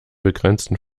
begrenzten